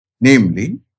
namely